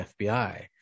FBI